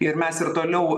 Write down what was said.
ir mes ir toliau